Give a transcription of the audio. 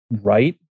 right